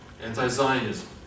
anti-Zionism